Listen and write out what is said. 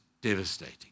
devastating